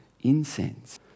Incense